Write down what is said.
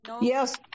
Yes